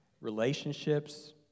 relationships